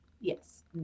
Yes